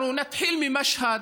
אנחנו נתחיל ממשהד,